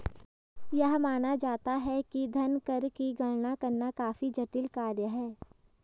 यह माना जाता है कि धन कर की गणना करना काफी जटिल कार्य है